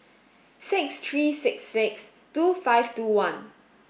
six three six six two five two one